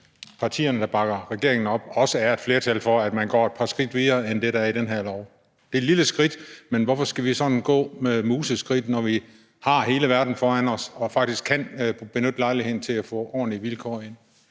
partierne, der bakker regeringen op, også er et flertal for, at man går et par skridt videre end det, der er i det her lovforslag. Det er et lille skridt, men hvorfor skal vi sådan gå med museskridt, når vi har hele verden foran os og faktisk kan benytte lejligheden til at få ordentlige vilkår ind?